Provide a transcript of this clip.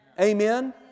Amen